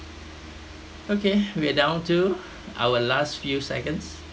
okay we're down to our last few seconds